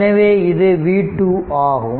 எனவே இது v2 ஆகும்